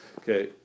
okay